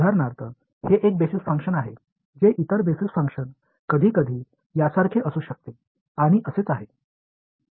उदाहरणार्थ हे एक बेसिस फंक्शन आहे जे इतर बेसिस फंक्शन कधीकधी यासारखे असू शकते आणि असेच आहे